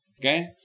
Okay